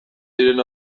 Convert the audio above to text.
diren